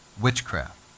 witchcraft